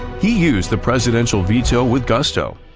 he used the presidential veto with gusto,